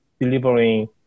delivering